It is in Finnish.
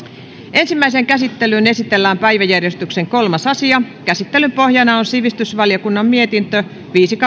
ensimmäiseen käsittelyyn esitellään päiväjärjestyksen kolmas asia käsittelyn pohjana on sivistysvaliokunnan mietintö viisi